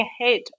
ahead